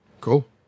cool